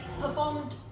performed